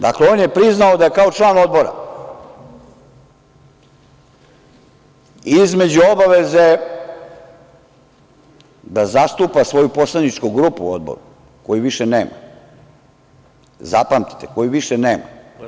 Dakle, on je priznao da kao član Odbora između obaveze da zastupa svoju poslaničku grupu u Odboru koju više nema, zapamtite, koju više nema.